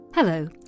Hello